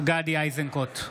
גדי איזנקוט,